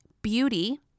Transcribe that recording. beauty